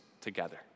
together